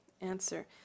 answer